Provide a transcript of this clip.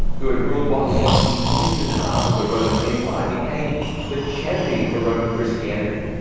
who had ruled what was once the eastern half of the roman empire became the champion for roman christianity.